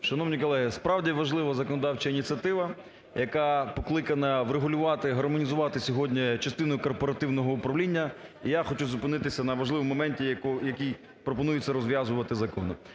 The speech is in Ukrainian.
Шановні колеги! Справді, важлива законодавча ініціатива, яка покликана врегулювати і гармонізувати сьогодні частину корпоративного управління. І я хочу зупинитися на важливому моменті, який пропонується розв'язувати законно.